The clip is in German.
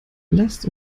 lasst